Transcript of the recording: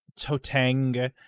Toteng